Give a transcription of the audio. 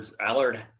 Allard